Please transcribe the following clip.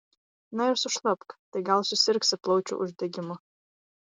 na ir sušlapk tai gal susirgsi plaučių uždegimu